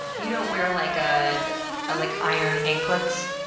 you don't wear like, ah ah like iron anklets?